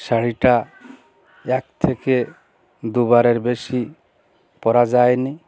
শাড়িটা এক থেকে দুবারের বেশি পরা যায়নি